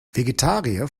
vegetarier